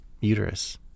uterus